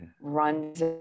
runs